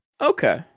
Okay